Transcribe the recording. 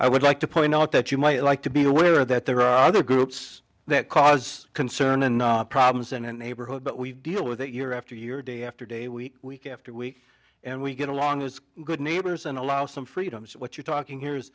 i would like to point out that you might like to be aware that there are other groups that cause concern and problems in a neighborhood but we deal with it year after year day after day week week after week and we get along as good neighbors and allow some freedoms what you're talking here is